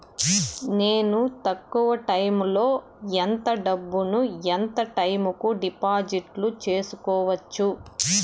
నేను తక్కువ టైములో ఎంత డబ్బును ఎంత టైము కు డిపాజిట్లు సేసుకోవచ్చు?